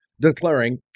declaring